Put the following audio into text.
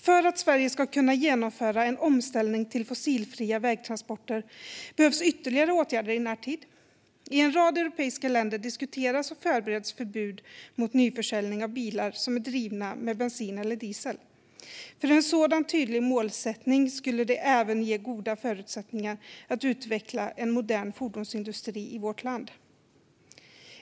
För att Sverige ska kunna genomföra en omställning till fossilfria vägtransporter behövs ytterligare åtgärder i närtid. I en rad europeiska länder diskuteras och förbereds förbud mot nyförsäljning av bilar som drivs med bensin eller diesel. En sådan tydlig målsättning skulle även ge goda förutsättningar att utveckla en modern fordonsindustri i vårt land.